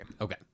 Okay